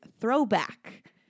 throwback